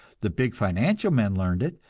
the big financial men learned it,